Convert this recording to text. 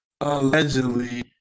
Allegedly